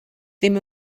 ddim